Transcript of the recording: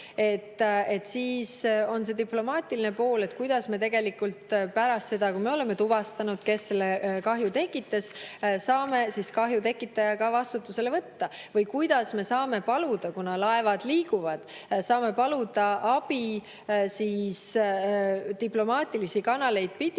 siis on see diplomaatiline pool, et kuidas me pärast seda, kui me oleme tuvastanud, kes selle kahju tekitas, saame kahju tekitaja vastutusele võtta. Või kuidas me saame paluda – kuna laevad liiguvad – abi diplomaatilisi kanaleid pidi